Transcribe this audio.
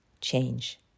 change